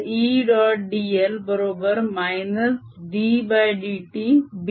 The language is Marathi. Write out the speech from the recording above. dl बरोबर - ddt B